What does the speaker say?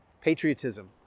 patriotism